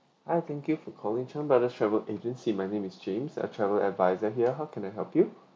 hi thank you for calling chan brothers travel agency my name is james a travel adviser here how can I help you